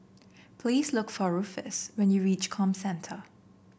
please look for Ruffus when you reach Comcentre